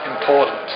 Important